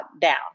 down